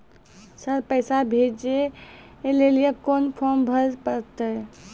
Sir पैसा भेजै लेली कोन फॉर्म भरे परतै?